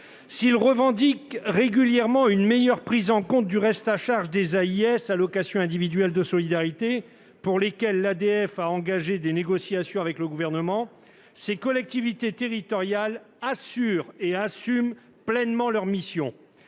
elles revendiquent régulièrement une meilleure prise en compte du reste à charge des AIS (allocations individuelles de solidarité), pour lesquelles l'Assemblée des départements de France (ADF) a engagé des négociations avec le Gouvernement, ces collectivités territoriales assurent et assument pleinement leurs missions.